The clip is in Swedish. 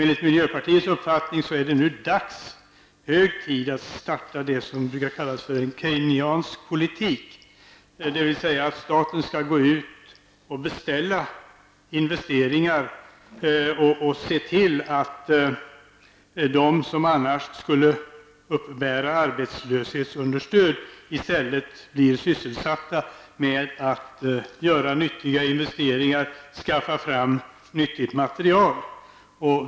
Enligt miljöpartiets uppfattning är det hög tid att starta det som kallas en keynesiansk politik, det vill säga att staten skall beställa investeringar och se till att de människor som annars skulle uppbära arbetslöshetsunderstöd i stället blir sysselsatta med att göra nyttiga investeringar och skaffa fram nyttig materiel.